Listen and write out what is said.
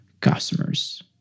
customers